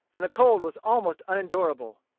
and the cold was almost unendurable.